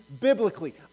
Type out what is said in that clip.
biblically